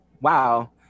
wow